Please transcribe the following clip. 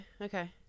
okay